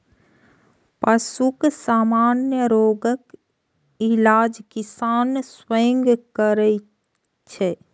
पशुक सामान्य रोगक इलाज किसान स्वयं करै छै